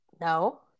no